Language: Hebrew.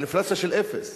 על אינפלציה של אפס,